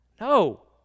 No